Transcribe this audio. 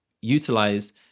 utilize